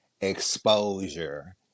exposure